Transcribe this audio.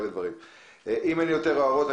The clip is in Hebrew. אם אין יותר הערות,